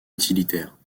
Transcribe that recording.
utilitaire